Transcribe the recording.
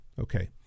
Okay